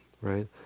right